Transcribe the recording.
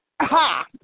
Ha